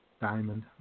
Diamond